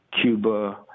Cuba